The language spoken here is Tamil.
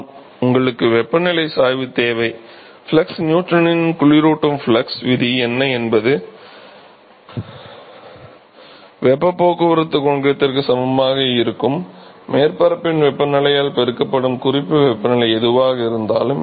ஆம் உங்களுக்கு வெப்பநிலை சாய்வு தேவை ஃப்ளக்ஸ் நியூட்டனின் குளிரூட்டும் ஃப்ளக்ஸ் விதி என்ன என்பது வெப்பப் போக்குவரத்து குணகத்திற்கு சமமாக இருக்கும் மேற்பரப்பின் வெப்பநிலையால் பெருக்கப்படும் குறிப்பு வெப்பநிலை எதுவாக இருந்தாலும்